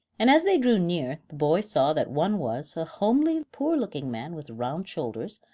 and as they drew near the boy saw that one was, a homely poor-looking man with round shoulders,